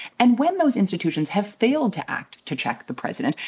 and when those institutions have failed to act to check the president,